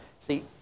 See